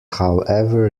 however